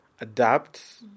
adapt